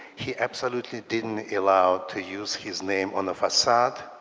he absolutely didn't allow to use his name on the facade.